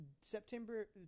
September